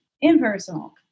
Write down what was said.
impersonal